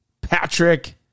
Patrick